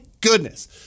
goodness